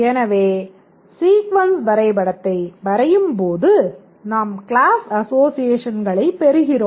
எனவே சீக்வென்ஸ் வரைபடத்தை வரையும்போது நாம் க்ளாஸ் அசோஸியேஷன்களைப் பெறுகிறோம்